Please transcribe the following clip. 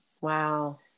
wow